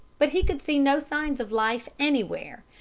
but he could see no signs of life anywhere.